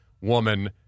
woman